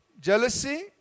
jealousy